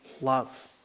love